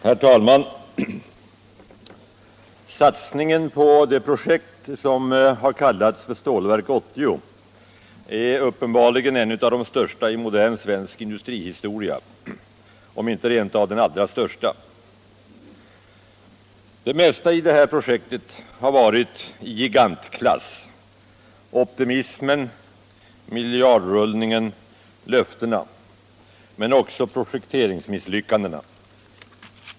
Herr talman! Satsningen på det projekt som har kallats Stålverk 80 är uppenbarligen en av de största i modern svensk industrihistoria — om inte rent av den allra största. Det mesta i det här projektet har varit i gigantklass — optimismen, miljardrullningen, löftena, men också projekteringsmisslyckandena.